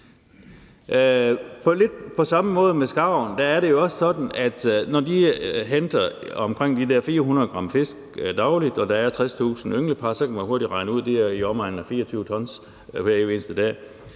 på samme måde med skarven. Når skarven spiser omkring 400 g fisk dagligt og der er 60.000 ynglepar, kan man hurtigt regne ud, at det er i omegnen af 24 t hver evig eneste dag.